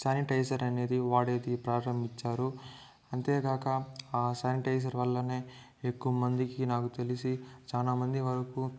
sanitiser అనేది వాడేది ప్రారంభించారు అంతేకాక ఆ శానిటైజర్ వల్లనే ఎక్కువ మందికి నాకు తెలిసి చాలా మంది వరకు